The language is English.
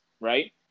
right